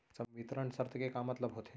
संवितरण शर्त के का मतलब होथे?